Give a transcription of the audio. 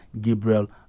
Gabriel